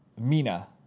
Mina